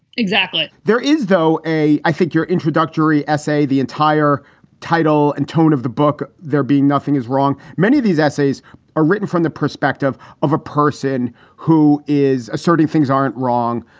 exactly. there is, though, a i think your introductory essay, the entire title and tone of the book, there being nothing is wrong. many of these essays are written from the perspective of a person who is asserting things aren't wrong.